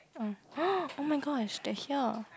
oh oh my gosh they're here